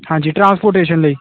ਹਾਂਜੀ ਟਰਾਂਸਪੋਟੇਸ਼ਨ ਲਈ